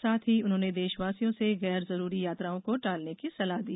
साथ ही उन्होंने देशवासियों से गैर जरूरी यात्राओं को टालने की सलाह दी